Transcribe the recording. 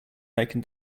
making